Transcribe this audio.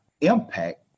impact